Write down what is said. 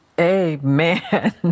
Amen